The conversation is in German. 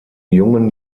jungen